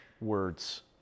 words